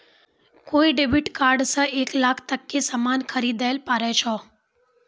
कोय debit card से एक लाख तक के सामान खरीदैल पारै छो